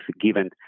given